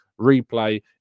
replay